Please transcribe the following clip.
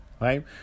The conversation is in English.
right